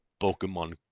pokemon